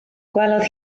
gwelodd